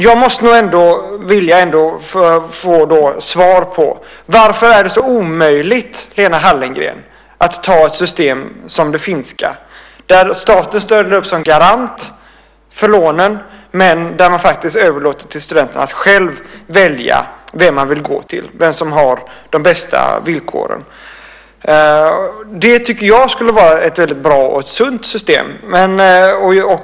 Jag måste ändå få svar på varför det är så omöjligt att ha ett system som det finska. Där ställer staten upp som garant för lånen, men man överlåter till studenterna att själva välja vem som har de bästa villkoren. Det tycker jag skulle vara ett bra och sunt system.